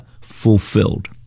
fulfilled